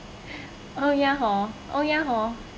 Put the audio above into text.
oh ya hor oh ya hor